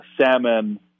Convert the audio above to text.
salmon